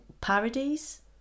parodies